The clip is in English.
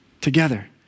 together